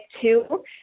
two